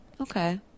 Okay